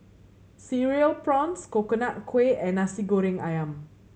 Cereal Prawns Coconut Kuih and Nasi Goreng Ayam